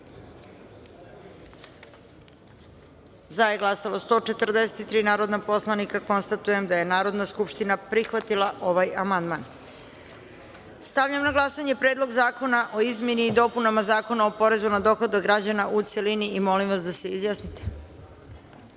za – 143 narodna poslanika. Konstatujem da je Narodna skupština prihvatila ovaj amandman. Stavljam na glasanje Predlog zakona o izmeni i dopunama Zakona o porezu na dohodak građana, u celini. Molim narodne poslanike